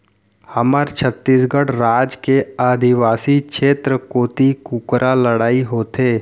हमर छत्तीसगढ़ राज के आदिवासी छेत्र कोती कुकरा लड़ई होथे